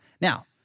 Now